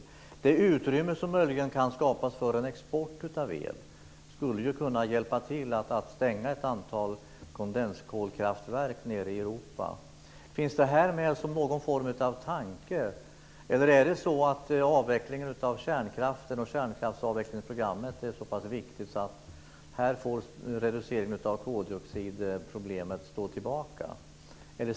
Det utrymme som möjligen kan skapas för en export av el skulle ju kunna hjälpa till att stänga ett antal kondenskolkraftverk i södra Europa. Finns detta med som någon form av tanke, eller är det så att kärnkraftsavvecklingsprogrammet är så pass viktigt att reduceringen av koldioxidproblemet får stå till baka?